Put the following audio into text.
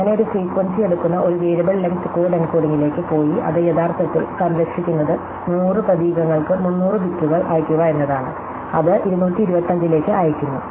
അങ്ങനെ ഒരു ഫ്രീക്വൻസി എടുക്കുന്ന ഒരു വേരിയബിൾ ലെങ്ത് കോഡ് എൻകോഡിംഗിലേക്ക് പോയി അത് യഥാർത്ഥത്തിൽ സംരക്ഷിക്കുന്നത് 100 പ്രതീകങ്ങൾക്ക് 300 ബിറ്റുകൾ അയയ്ക്കുക എന്നതാണ് അത് 225 ലേക്ക് അയയ്ക്കുന്നു